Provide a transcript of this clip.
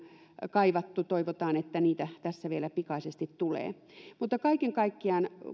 kaivattu toivotaan että niitä tässä vielä pikaisesti tulee mutta kaiken kaikkiaan